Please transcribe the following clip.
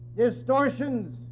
distortions,